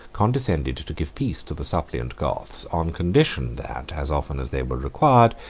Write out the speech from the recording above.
condescended to give peace to the suppliant goths, on condition that, as often as they were required,